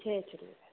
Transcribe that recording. Jay Jhulelal